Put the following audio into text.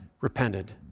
repented